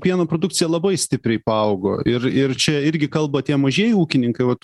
pieno produkcija labai stipriai paaugo ir ir čia irgi kalba tie mažieji ūkininkai vat